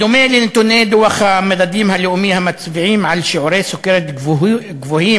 בדומה לנתוני דוח המדדים הלאומי המצביעים על שיעורי סוכרת גבוהים